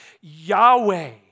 Yahweh